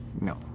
No